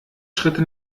schritte